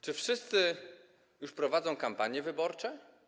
Czy wszyscy już prowadzą kampanie wyborcze?